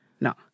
no